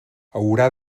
haurà